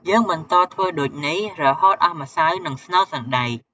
យើងបន្តធ្វើដូចនេះ រហូតអស់ម្សៅ និងស្នូលសណ្ដែក។